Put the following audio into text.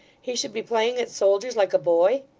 he should be playing at soldiers like a boy?